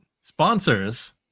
sponsors